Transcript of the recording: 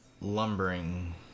lumbering